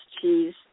cheese